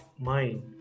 mind